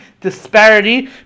disparity